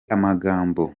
amagambo